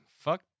Fuck